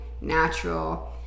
natural